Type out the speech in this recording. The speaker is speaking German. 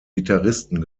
gitarristen